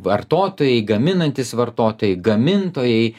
vartotojai gaminantys vartotojai gamintojai